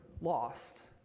lost